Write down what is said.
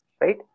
Right